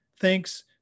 Thanks